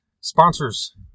sponsors